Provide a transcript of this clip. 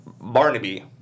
Barnaby